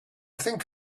think